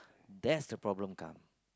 there's the problem come